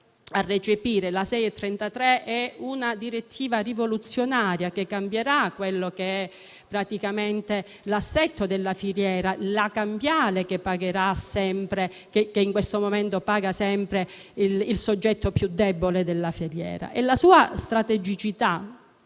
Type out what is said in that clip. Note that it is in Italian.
che recepiremo, è rivoluzionaria e cambierà l'assetto della filiera, la cambiale che in questo momento paga sempre il soggetto più debole della filiera stessa. La strategicità